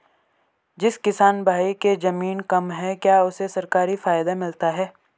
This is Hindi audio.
जिस किसान भाई के ज़मीन कम है क्या उसे सरकारी फायदा मिलता है?